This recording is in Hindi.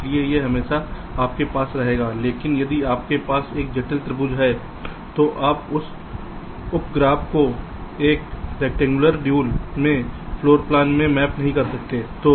इसलिए यह हमेशा आपके पास रहेगा लेकिन यदि आपके पास एक जटिल त्रिभुज है तो आप उस उप ग्राफ़ को एक रेक्टेंगुलर ड्यूल में फ़्लोर प्लान में मैप नहीं कर सकते हैं